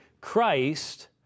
Christ